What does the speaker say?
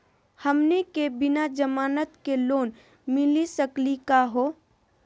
हमनी के बिना जमानत के लोन मिली सकली क हो?